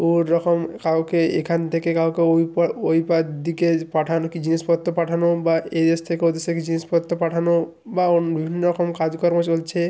ওরকম কাউকে এখান থেকে কাউকে ওই পার ওই পার দিকে পাঠানো কি জিনিসপত্র পাঠানো বা এদেশ থেকে ওদেশে কিছু জিনিসপত্র পাঠানো বা অন্য বিভিন্ন রকম কাজকর্ম চলছে